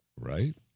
right